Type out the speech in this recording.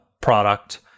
product